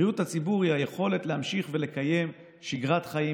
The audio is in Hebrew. בריאות הציבור היא היכולת להמשיך ולקיים שגרת חיים